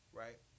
right